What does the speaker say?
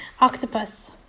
Octopus